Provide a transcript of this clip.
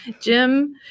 Jim